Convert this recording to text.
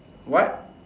what